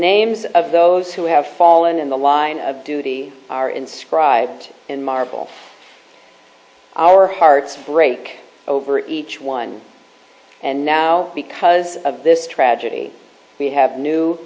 names of those who have fallen in the line of duty are inscribed in marble our hearts break over each one and now because of this tragedy we have new